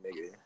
nigga